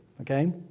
okay